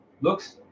looks